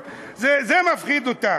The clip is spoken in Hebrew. זה מפחיד אותך,